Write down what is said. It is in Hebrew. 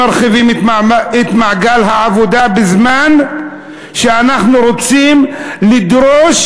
מרחיבים את מעגל העבודה בזמן שאנחנו רוצים לדרוש